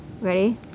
Ready